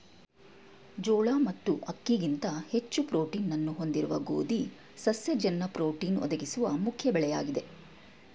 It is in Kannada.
ಜೋಳ ಮತ್ತು ಅಕ್ಕಿಗಿಂತ ಹೆಚ್ಚು ಪ್ರೋಟೀನ್ನ್ನು ಹೊಂದಿರುವ ಗೋಧಿ ಸಸ್ಯ ಜನ್ಯ ಪ್ರೋಟೀನ್ ಒದಗಿಸುವ ಮುಖ್ಯ ಬೆಳೆಯಾಗಿದೆ